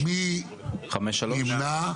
מי נמנע?